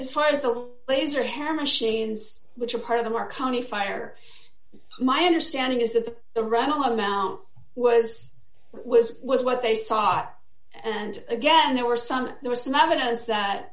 as far as the laser hair machines which are part of the marconi fire my understanding is that the the run of the amount was was was what they sought and again there were some there was some evidence that